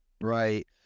Right